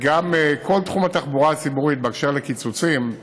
כל תחום התחבורה הציבורית, באשר לקיצוצים,